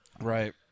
Right